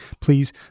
Please